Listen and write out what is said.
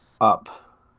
up